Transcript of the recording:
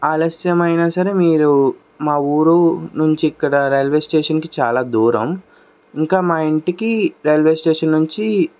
ఆలస్యమైన సరే మీరు మా ఊరు నుంచి ఇక్కడ రైల్వే స్టేషన్కి చాలా దూరం ఇంకా మా ఇంటికి రైల్వే స్టేషన్ నుంచి